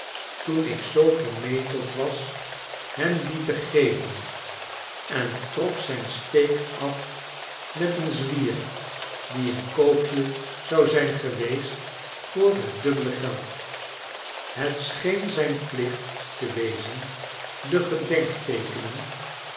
toen ik zoo vermetel was hem die te geven en trok zijn steek af met een zwier die een koopje zou zijn geweest voor het dubbele geld het scheen zijn plicht te wezen de